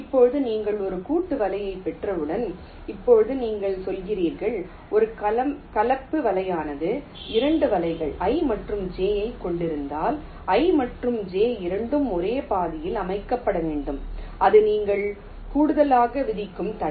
இப்போது நீங்கள் ஒரு கூட்டு வலைத்தைப் பெற்றவுடன் இப்போது நீங்கள் சொல்கிறீர்கள் ஒரு கலப்பு வலைமானது 2 வலைகள் i மற்றும் j ஐக் கொண்டிருந்தால் I மற்றும் j இரண்டும் ஒரே பாதையில் அமைக்கப்பட வேண்டும் அது நீங்கள் கூடுதலாக விதிக்கும் தடை